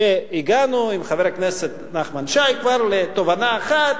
שהגענו עם חבר הכנסת נחמן שי כבר לתובנה אחת,